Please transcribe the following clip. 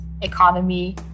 economy